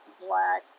black